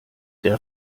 der